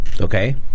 Okay